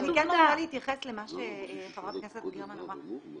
אני כן רוצה להתייחס למה שחברת הכנסת גרמן אמרה.